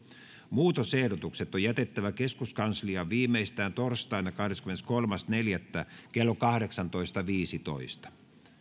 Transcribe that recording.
muutosehdotukset on jätettävä keskuskansliaan viimeistään torstaina kahdeskymmeneskolmas neljättä kaksituhattakaksikymmentä kello kahdeksantoista viidenteentoista